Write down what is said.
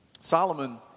Solomon